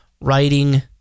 writing